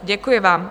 Děkuji vám.